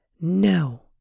No